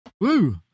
Woo